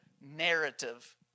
narrative